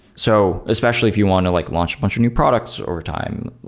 so especially if you want to like launch a bunch of new products over time,